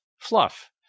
fluff